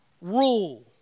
rule